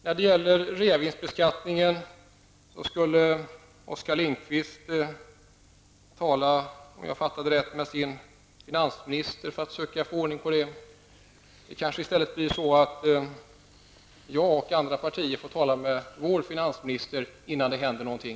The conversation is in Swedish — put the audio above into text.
När det gäller reavinstbeskattningen skulle Oskar Lindqvist tala, om jag uppfattade rätt, med sin finansminister för att försöka få ordning på den. I stället kanske det blir så att jag och andra partier får tala med vår finansminister innan det händer någonting.